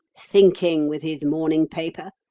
thinking with his morning paper,